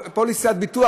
פוליסת ביטוח,